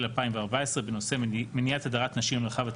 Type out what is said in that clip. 2014 בנושא מניעת הדרת נשים מהמרחב הציבורי,